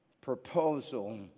proposal